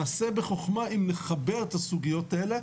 נעשה בחוכמה אם נחבר את הסוגיות האלה,